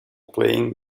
playing